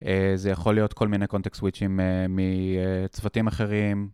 זה יכול להיות כל מיני קונטקסט סוויצ'ים מצוותים אחרים